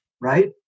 right